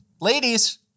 ladies